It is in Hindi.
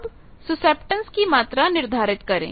अब सुसेप्टेंस की मात्रा निर्धारित करें